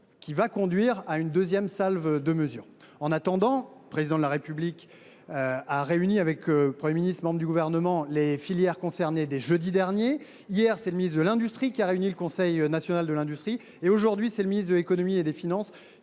l’application d’une deuxième salve de mesures. En attendant, le Président de la République, avec le Premier ministre et plusieurs membres du Gouvernement, a réuni les filières concernées dès jeudi dernier. Hier, c’est le ministre de l’industrie qui a convoqué le Conseil national de l’industrie ; aujourd’hui, c’est le ministre de l’économie et des finances